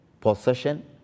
possession